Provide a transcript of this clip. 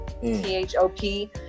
T-H-O-P